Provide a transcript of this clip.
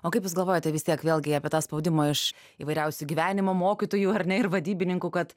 o kaip jūs galvojate vis tiek vėlgi apie tą spaudimą iš įvairiausių gyvenimo mokytojų ar ne ir vadybininkų kad